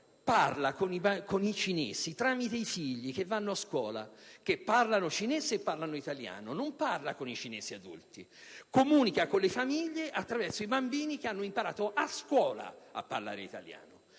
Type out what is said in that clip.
parla con i cinesi tramite i loro figli, che vanno a scuola e parlano sia cinese che italiano: non si rivolge ai cinesi adulti. Comunica con le famiglie attraverso i bambini che hanno imparato a scuola a parlare italiano.